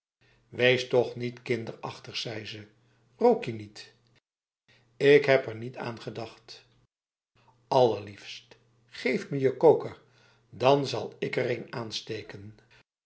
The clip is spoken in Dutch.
wees toch niet kinderachtig zei ze rook je niet ik heb er niet aan gedacht allerliefst geef me je koker dan zal ik er een aansteken